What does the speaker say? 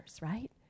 right